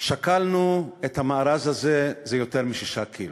ואני שקלנו את המארז הזה, זה יותר מ-6 קילו.